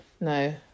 no